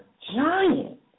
giant